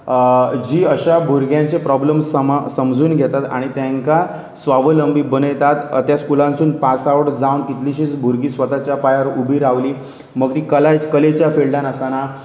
जी अशा भुरग्यांचे प्रोब्लम समा समजून घेतात आनी तेंकां स्वावलंबी बनयतात त्या स्कुलांसून पास आवट जावन तितलीशींच भुरगीं स्वताच्या पांयार उबी रावली मग ती कला कलेच्या फिल्डान आसना